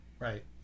Right